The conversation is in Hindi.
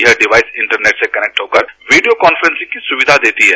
यह डिवाईस इन्टरनेट से कनेक्ट होकर वीडियो कांफ्रेंसिंग की सुविधा देती है